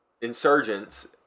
insurgents